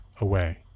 away